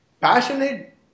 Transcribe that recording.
passionate